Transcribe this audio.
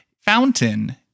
fountain